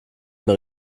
mehr